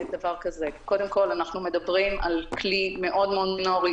קודם כול, אנחנו מדברים על כלי מאוד מאוד מינורי.